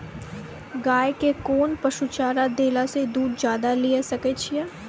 गाय के कोंन पसुचारा देला से दूध ज्यादा लिये सकय छियै?